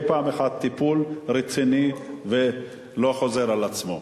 פעם אחת טיפול רציני ולא חוזר על עצמו.